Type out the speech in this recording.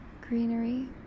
greenery